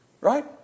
right